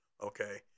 Okay